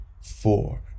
four